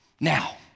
Now